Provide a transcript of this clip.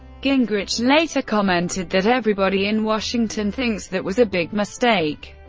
gingrich later commented that, everybody in washington thinks that was a big mistake.